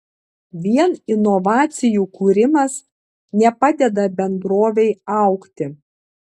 vien inovacijų kūrimas nepadeda bendrovei augti